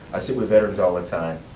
i see with veterans all the time,